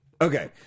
okay